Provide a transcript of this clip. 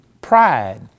pride